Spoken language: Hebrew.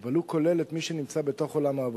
אבל הוא כולל את מי שנמצא בתוך עולם העבודה,